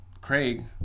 Craig